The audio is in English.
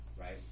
right